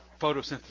photosynthesis